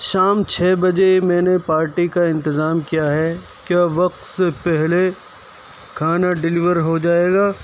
شام چھ بجے میں نے پارٹی کا انتظام کیا ہے کیا وقت سے پہلے کھانا ڈلیور ہو جائے گا